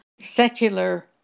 secular